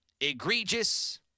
egregious